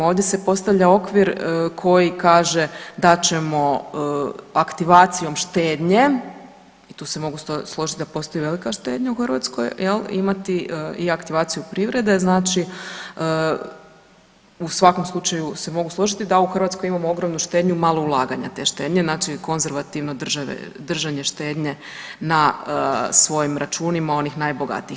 Ovdje se postavlja okvir koji kaže da ćemo aktivacijom štednje i tu se mogu složiti da postoji velika štednja u Hrvatskoj jel, imati i aktivaciju privrede, znači u svakom slučaju se mogu složiti da u Hrvatskoj imamo ogromnu štednju i malo ulaganja te štednje, znači konzervativno držanje štednje na svojim računima onih najbogatijih.